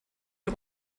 die